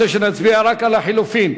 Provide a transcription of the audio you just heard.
אתה רוצה שנצביע רק על ההסתייגות לחלופין.